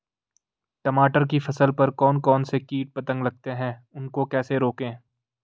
टमाटर की फसल पर कौन कौन से कीट पतंग लगते हैं उनको कैसे रोकें?